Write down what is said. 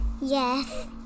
Yes